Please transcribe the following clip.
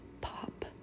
pop